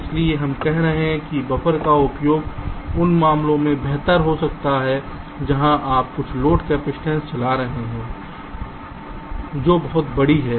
इसलिए हम कह रहे हैं कि बफर का उपयोग उन मामलों में बेहतर हो सकता है जहां आप कुछ लोड कपसिटंस चला रहे हैं जो बहुत बड़ी है